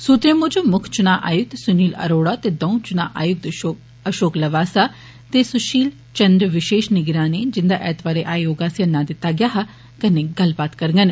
सूत्रे मुजब मुक्ख चुनां आयुक्त सुनील अरोड़ा ते द'ऊं चुनां आयुक्त अषोक लवासा ते सुषील चंद्र विषेश निगरानें जिन्दा एतवारें आयोग आसेया नां दित्ता गेआ हा कन्नै गल्लबात करङन